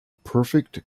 perfect